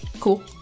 cool